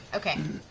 okay.